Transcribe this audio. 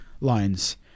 lines